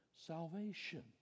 salvation